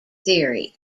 theory